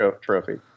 trophy